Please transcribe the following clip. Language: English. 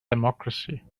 democracy